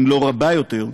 אם לא רבה יותר,